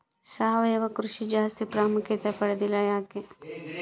ಸಾವಯವ ಕೃಷಿ ಜಾಸ್ತಿ ಪ್ರಾಮುಖ್ಯತೆ ಪಡೆದಿಲ್ಲ ಯಾಕೆ?